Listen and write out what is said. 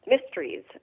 mysteries